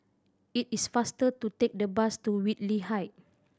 it is faster to take the bus to Whitley Height